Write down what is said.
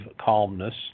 calmness